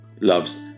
Love's